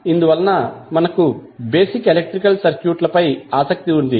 ఇందువలన మనకు basic electrical circuit లపై ఆసక్తి ఉంది